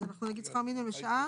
אז אנחנו נגיד שכר מינימום לשעה